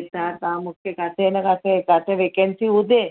की तव्हां मूंखे किथे हिन पासे किथे बि वेकेंसी हुजे